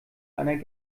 einer